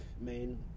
main